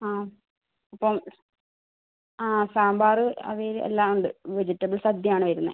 ആ അപ്പം ആ സാമ്പാർ അവിയൽ എല്ലാം ഉണ്ട് വെജിറ്റബിൾ സദ്യയാണ് വരുന്നത്